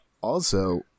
Also-